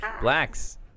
blacks